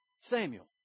Samuel